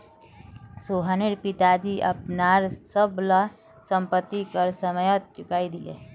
सोहनेर पिताजी अपनार सब ला संपति कर समयेत चुकई दिले